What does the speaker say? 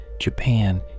Japan